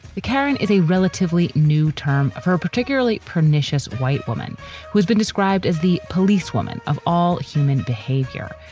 but karen is a relatively new term of her particularly pernicious white woman who has been described as the policewoman of all human behavior.